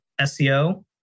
SEO